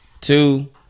Two